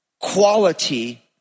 quality